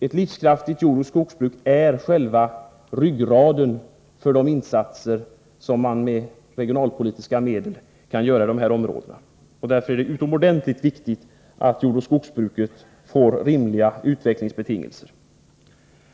Ett livskraftigt jordoch skogsbruk är själva ryggraden för de insatser som man med regionalpolitiska medel kan göra i dessa områden. Därför är det utomordentligt viktigt att jordoch skogsbruket får rimliga utvecklingsbetingelser.